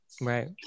Right